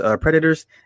predators